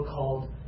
called